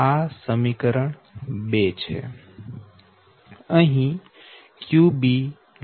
આ સમીકરણ 2 છે